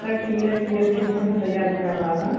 sir T M T S C की sir मैं तैयारी कर रहा था